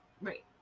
right